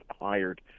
hired